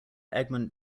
egmont